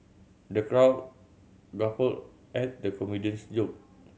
the crowd guffawed at the comedian's joke